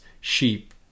sheep